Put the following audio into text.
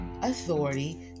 authority